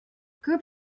group